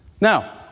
Now